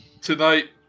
Tonight